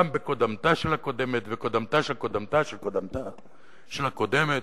גם בקודמתה של הקודמת וקודמתה של קודמתה של קודמתה של הקודמת,